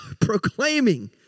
proclaiming